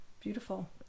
Beautiful